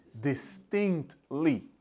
distinctly